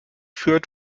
führt